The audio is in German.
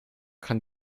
kann